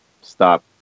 stop